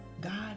God